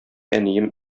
әнием